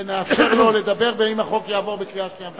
נאפשר לו לדבר אם החוק יעבור בקריאה שנייה ושלישית.